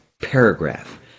paragraph